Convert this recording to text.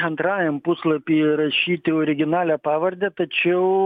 antrajam puslapy įrašyti originalią pavardę tačiau